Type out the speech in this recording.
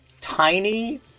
tiny